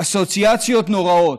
אסוציאציות נוראות.